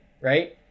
right